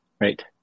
right